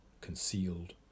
concealed